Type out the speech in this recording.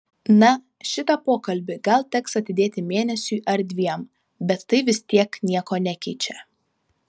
na šitą pokalbį gal teks atidėti mėnesiui ar dviem bet tai vis tiek nieko nekeičia